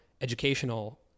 educational